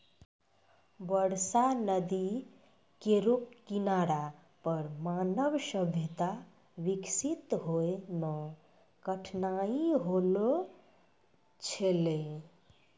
बरसा नदी केरो किनारा पर मानव सभ्यता बिकसित होय म कठिनाई होलो छलै